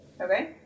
Okay